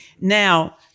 Now